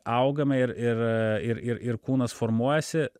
augame ir ir ir ir ir kūnas formuojasi